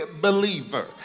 believer